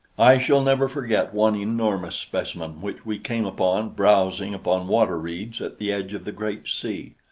i shall never forget one enormous specimen which we came upon browsing upon water-reeds at the edge of the great sea.